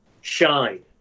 shine